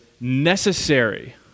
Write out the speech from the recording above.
necessary